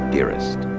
Dearest